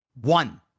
One